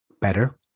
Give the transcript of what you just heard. better